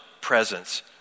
presence